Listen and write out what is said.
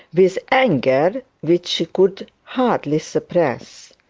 with anger which she could hardly suppress.